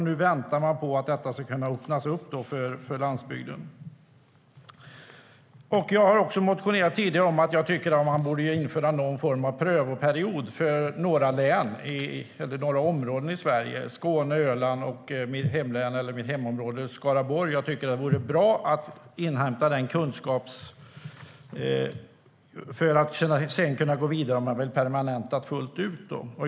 Nu väntar man på att detta ska kunna öppnas upp för landsbygden. Jag har tidigare motionerat om att jag tycker att man borde införa någon form av prövoperiod för några områden i Sverige: Skåne, Öland och mitt hemområde Skaraborg. Jag tycker att det vore bra att inhämta den kunskapen för att sedan kunna gå vidare, om man vill permanenta det fullt ut.